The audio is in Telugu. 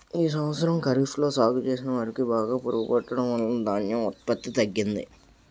ఈ సంవత్సరం ఖరీఫ్ లో సాగు చేసిన వరి కి బాగా పురుగు పట్టడం వలన ధాన్యం ఉత్పత్తి తగ్గింది